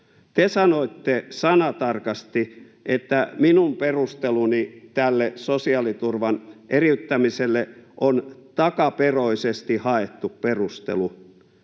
Te sanoitte sanatarkasti, että minun perusteluni tälle sosiaaliturvan eriyttämiselle on ”takaperoisesti haettu perustelu”.